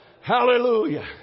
hallelujah